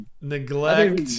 neglect